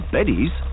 Betty's